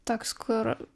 toks kur